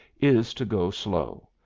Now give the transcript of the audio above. is to go slow.